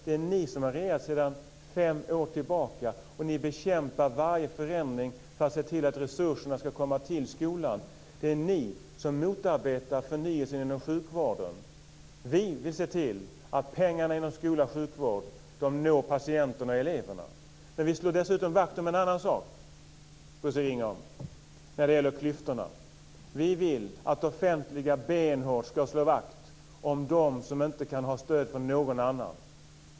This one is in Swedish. Det är ni som har regerat sedan fem år tillbaka. Ni bekämpar varje förändring som handlar om att man ska se till att resurserna kommer till skolan. Det är ni som motarbetar förnyelsen inom sjukvården. Vi ser till att pengarna inom skolan och sjukvården når patienterna och eleverna. Vi slår dessutom vakt om en annan sak, Bosse Ringholm, när det gäller klyftorna. Vi vill att det offentliga benhårt ska slå vakt om dem som inte får stöd av någon annan.